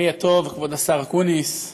חברי הטוב כבוד השר אקוניס,